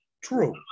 True